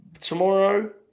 Tomorrow